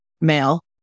male